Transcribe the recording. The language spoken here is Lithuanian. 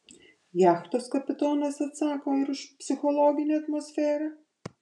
jachtos kapitonas atsako ir už psichologinę atmosferą